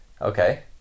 okay